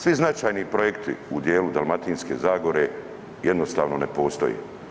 Svi značajni projekti u dijelu Dalmatinske zagore jednostavno ne postoji.